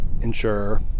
ensure